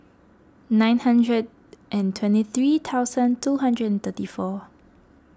nine hundred and twenty three thousand two hundred and thirty four